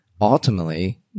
ultimately